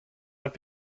not